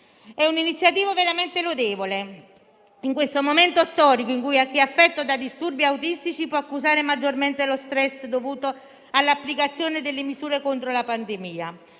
È un'iniziativa veramente lodevole in questo momento storico in cui chi è affetto da disturbi autistici può accusare maggiormente lo stress dovuto all'applicazione delle misure contro la pandemia.